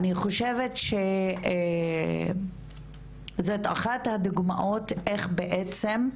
אני חושבת שזאת אחת הדוגמאות, איך בעצם,